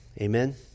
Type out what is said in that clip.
Amen